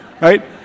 right